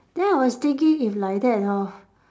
then I was thinking if like that hor